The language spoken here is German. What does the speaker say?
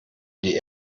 die